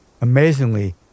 Amazingly